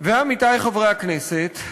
ועמיתי חברי הכנסת,